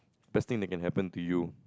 best thing that can happen to you